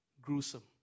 gruesome